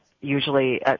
usually